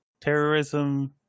terrorism